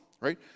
right